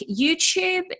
YouTube